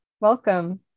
welcome